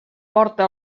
porta